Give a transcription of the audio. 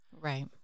Right